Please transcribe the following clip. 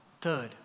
Third